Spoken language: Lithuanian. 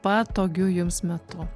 patogiu jums metu